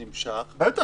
שהוא נפסק מקץ זמן מסוים.